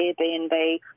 Airbnb